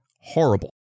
horrible